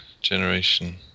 generation